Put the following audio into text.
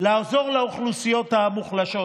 ולעזור לאוכלוסיות המוחלשות.